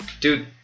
dude